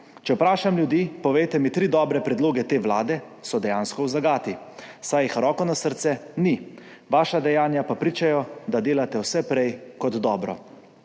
Če vprašam ljudi, povejte mi tri dobre predloge te vlade, so dejansko v zagati, saj jih, roko na srce, ni, vaša dejanja pa pričajo, da delate vse prej kot dobro.